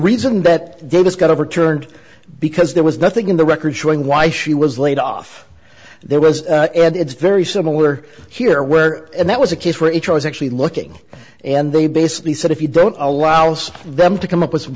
reason that davis got over turned because there was nothing in the record showing why she was laid off there was and it's very similar here where that was a case where each was actually looking and they basically said if you don't allow them to come up with some